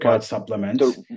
supplements